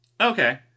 Okay